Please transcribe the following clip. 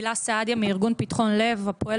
הילה סעדיה מארגון פתחון-לב הפועל